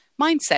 mindset